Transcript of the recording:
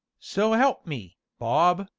so elp me, bob,